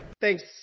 Thanks